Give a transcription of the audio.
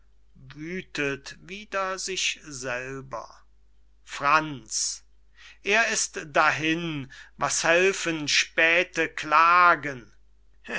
franz er ist dahin was helfen späte klagen